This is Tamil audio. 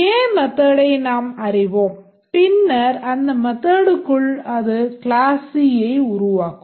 doA method ஐ நாம் அறிவோம் பின்னர் அந்த methodக்குள் அது class C ஐ உருவாக்கும்